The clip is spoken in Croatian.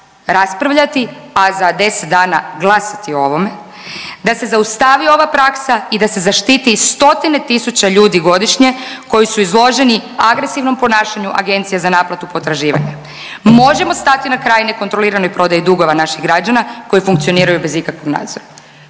raspravljati, a za 10 dana glasati o ovome, da se zaustavi ova praksa i da se zaštiti stotine tisuća ljudi godišnje koji su izloženi agresivnom ponašanju Agencije za naplatu potraživanja. Možemo stati na kraj nekontroliranoj prodaji dugova naših građana koji funkcioniraju bez ikakvog nadzora,